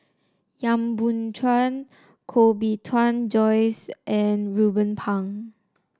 Yap Boon Chuan Koh Bee Tuan Joyce and Ruben Pang